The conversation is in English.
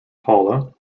paula